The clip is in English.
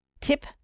Tip